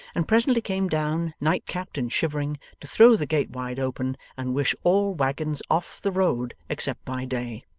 and presently came down, night-capped and shivering, to throw the gate wide open, and wish all waggons off the road except by day.